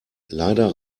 leider